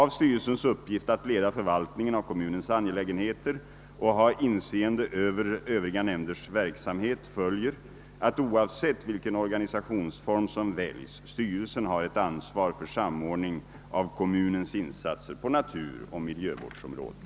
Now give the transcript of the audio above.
Av styrelsens uppgift att leda förvaltningen av kommunens angelägenheter och ha inseende över övriga nämnders verksamhet följer att, oavsett vilken organisationsform som väljs, styrelsen har ett ansvar för samordning av kommunens insatser på naturoch miljövårdsområdet.